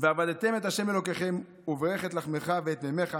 "ועבדתם את ה' אלהיכם וברך את לחמך ואת מימיך